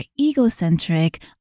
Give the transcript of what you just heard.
egocentric